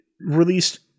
released